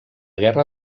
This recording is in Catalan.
guerra